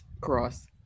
Cross